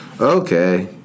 Okay